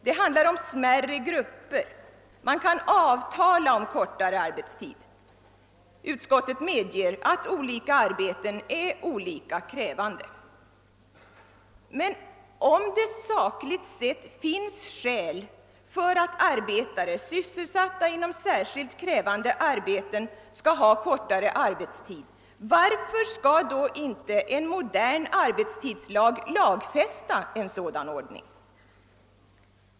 För de smärre grupper det här handlar om kan man avtala om kortare arbetstid, menar utskottet, som dock medger att olika arbeten är i varierande grad krävande. Men om det sakligt sett finns skäl för att arbetare sysselsatta inom särskilt krävande områden bör ha kortare arbetstid, varför skall då inte en modern arbetstidslag stadfästa en sådan ordning?